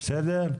בסדר?